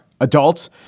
adults